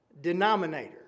denominator